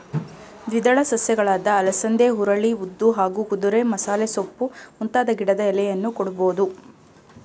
ದ್ವಿದಳ ಸಸ್ಯಗಳಾದ ಅಲಸಂದೆ ಹುರುಳಿ ಉದ್ದು ಹಾಗೂ ಕುದುರೆಮಸಾಲೆಸೊಪ್ಪು ಮುಂತಾದ ಗಿಡದ ಎಲೆಯನ್ನೂ ಕೊಡ್ಬೋದು